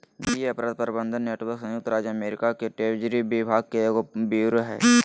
वित्तीय अपराध प्रवर्तन नेटवर्क संयुक्त राज्य अमेरिका के ट्रेजरी विभाग के एगो ब्यूरो हइ